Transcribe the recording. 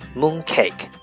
：mooncake